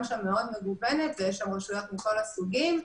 שם מאוד מגוונת ויש שם רשויות מכל הסוגים,